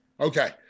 Okay